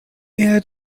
yeah